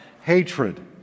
hatred